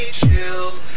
chills